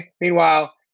meanwhile